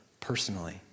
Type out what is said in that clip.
personally